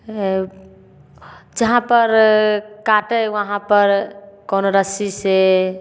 जहाँ पर काटै है वहाँ पर कोनो रस्सी से